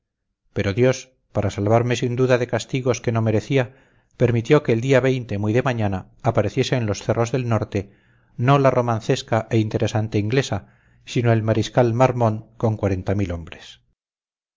pero dios para salvarme sin duda de castigos que no merecía permitió que el día muy de mañana apareciese en los cerros del norte no la romancesca e interesante inglesa sino el mariscal marmont con hombres